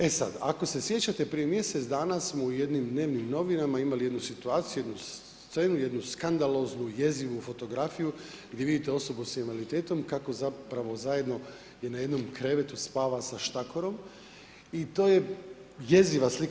E sad, ako se sjećate, prije mjesec dana smo u jednim dnevnim novinama imali jednu situaciju, jednu scenu, jednu skandaloznu jezivu fotografiju gdje vidite osobu s invaliditetom kako zapravo zajedno gdje na jednom krevetu spava sa štakorom i to je jeziva slika.